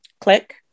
Click